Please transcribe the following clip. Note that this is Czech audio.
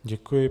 Děkuji.